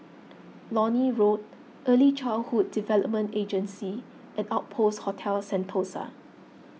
Lornie Road Early Childhood Development Agency and Outpost Hotel Sentosa